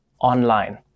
online